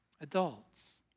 adults